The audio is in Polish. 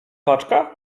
paczka